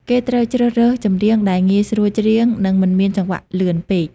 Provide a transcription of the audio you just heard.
គេត្រូវជ្រើសរើសចម្រៀងដែលងាយស្រួលច្រៀង និងមិនមានចង្វាក់លឿនពេក។